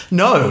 no